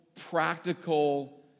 practical